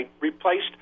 replaced